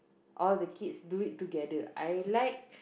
all the kids do it together I like